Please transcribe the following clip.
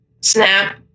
SNAP